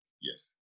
Yes